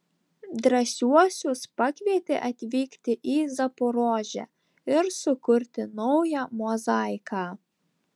drąsiuosius pakvietė atvykti į zaporožę ir sukurti naują mozaiką